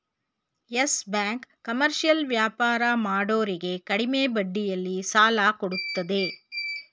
Yes Bank commercial ವ್ಯಾಪಾರ ಮಾಡೋರಿಗೆ ಕಡಿಮೆ ಬಡ್ಡಿಯಲ್ಲಿ ಸಾಲ ಕೊಡತ್ತದೆ